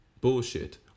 bullshit